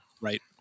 right